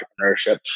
entrepreneurship